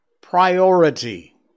priority